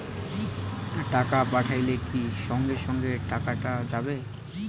টাকা পাঠাইলে কি সঙ্গে সঙ্গে টাকাটা যাবে?